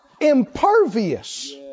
impervious